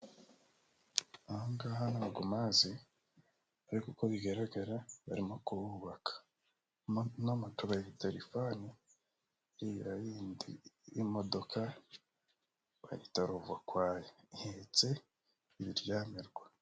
Aha ngaha ntabwo mpazi, ariko uko bigaragara barimo kuhubaka, ino moto bayita rifani, iriya y'indi y'imodoka bayihita ruvakwaya, ihetse ibiryamirwa.